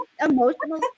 emotional